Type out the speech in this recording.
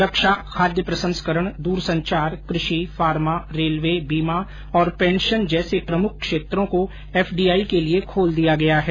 रक्षा खाद्य प्रसंस्करण दूरसंचार कृषि फार्मा रेलवे बीमा और पेंशन जैसे प्रमुख क्षेत्रों को एफडीआई के लिये खोल दिया गया है